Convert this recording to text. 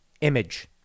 image